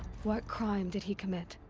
what crime did he commit?